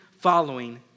following